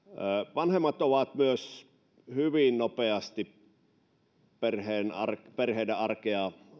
vanhemmat ovat myös hyvin nopeasti perheiden arkea